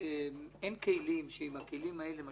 מדובר ואין כלים שעם הכלים האלה מה